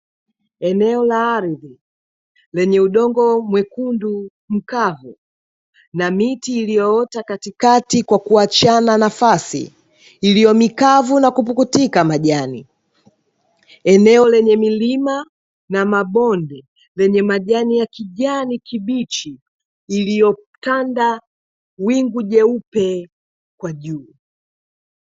Eneo la ardhi lenye udongo mwekundu mkavu, na miti iliyoota katikati kwa kuachana nafasi iliyomikavu na kupukutika majani. Eneo lenye milima na mabonde lenye majani ya kijani kibichi, iliyotanda wingu jeupe kwa juu.